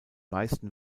meisten